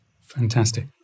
Fantastic